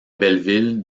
belleville